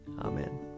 Amen